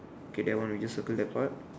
okay that one we just circle that part